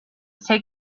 take